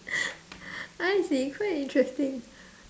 I see quite interesting